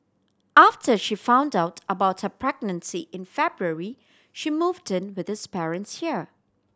after she found out about her pregnancy in February she moved in with his parents here